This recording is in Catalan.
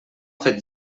fet